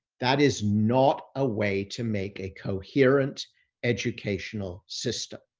that is not a way to make a coherent educational system.